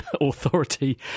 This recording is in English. authority